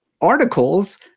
articles